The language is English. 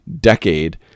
decade